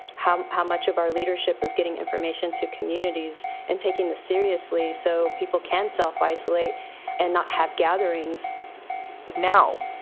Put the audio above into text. how how much of our leadership is getting information to communities and taking the seriously so people can self isolate and not have gathering's now,